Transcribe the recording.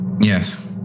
Yes